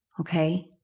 Okay